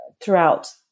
throughout